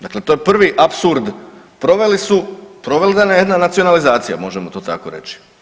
Dakle to je prvi apsurd, proveli su, provedena je jedna nacionalizacija, možemo to tako reći.